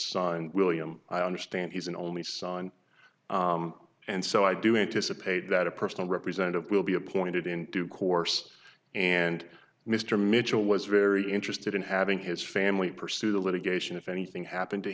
signed william i understand he's an only son and so i do anticipate that a personal representative will be appointed in due course and mr mitchell was very interested in having his family pursue the litigation if anything happened to